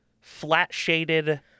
flat-shaded